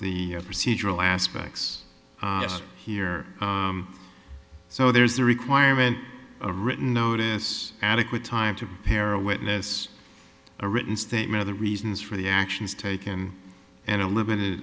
the procedural aspects here so there's a requirement a written notice adequate time to prepare a witness a written statement of the reasons for the actions taken and a limited